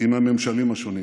עם הממשלים השונים.